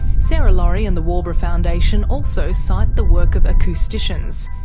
sarah laurie and the waubra foundation also cite the work of acousticians,